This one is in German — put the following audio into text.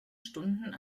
stunden